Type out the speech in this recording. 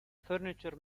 furniture